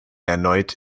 erneut